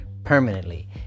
permanently